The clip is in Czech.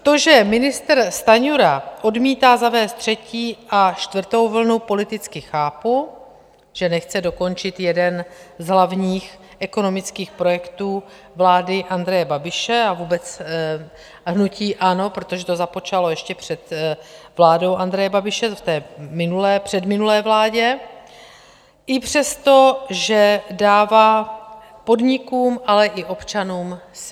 To, že ministr Stanjura odmítá zavést třetí a čtvrtou vlnu, politicky chápu, že nechce dokončit jeden z hlavních ekonomických projektů vlády Andreje Babiše a vůbec hnutí ANO, protože to započalo ještě před vládou Andreje Babiše v té minulé, předminulé vládě, i přestože dává podnikům, ale i občanům smysl.